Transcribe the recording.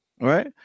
Right